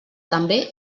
també